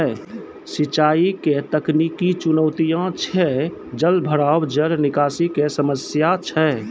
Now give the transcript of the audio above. सिंचाई के तकनीकी चुनौतियां छै जलभराव, जल निकासी के समस्या छै